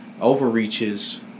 overreaches